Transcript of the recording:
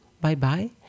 bye-bye